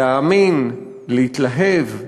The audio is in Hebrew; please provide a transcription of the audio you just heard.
להאמין, להתלהב,